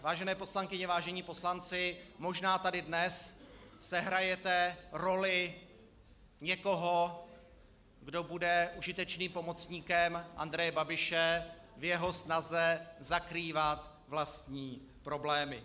Vážené poslankyně, vážení poslanci, možná tady dnes sehrajete roli někoho, kdo bude užitečným pomocníkem Andreje Babiše v jeho snaze zakrývat vlastní problémy.